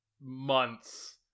months